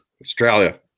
Australia